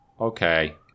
okay